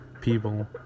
people